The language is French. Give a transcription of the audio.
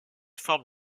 forme